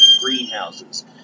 greenhouses